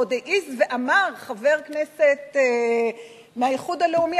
ועוד העז ואמר חבר כנסת מהאיחוד הלאומי,